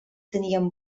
tenien